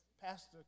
Pastor